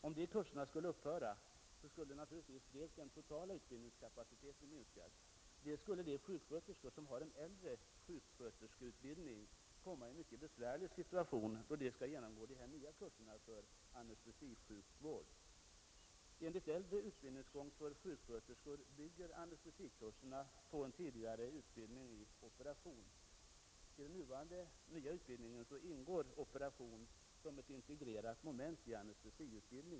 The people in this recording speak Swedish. Om dessa kurser skulle upphöra vid SIHUS, skulle dels den totala utbildningskapaciteten minska, dels skulle de sjuksköterskor som har den äldre sjuksköterskeutbildningen komma i en mycket besvärlig situation, då de skall genomgå de nya kurserna för anestesisjukvård. Enligt äldre utbildningsgång för sjuksköterskor byggde anestesikurserna på tidigare utbildning i operation; i den nuvarande utbildningen ingår ”operation” som ett integrerat moment i anestesiutbildningen.